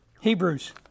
Hebrews